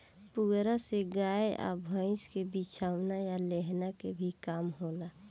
पुआरा से गाय आ भईस के बिछवाना आ लेहन के भी काम होला